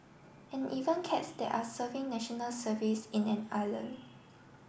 and even cats that are serving National Service in an island